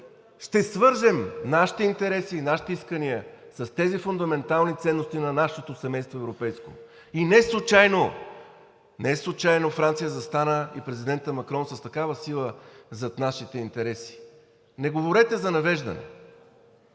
ще свържем нашите интереси, нашите искания с тези фундаментални ценности на нашето европейско семейство. И неслучайно, неслучайно Франция и президентът Макрон застана с такава сила зад нашите интереси. Не говорете за надежда!